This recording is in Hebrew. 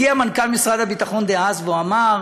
הגיע מנכ"ל משרד הביטחון דאז, והוא אמר: